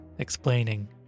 explaining